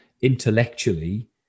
intellectually